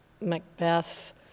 Macbeth